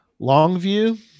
Longview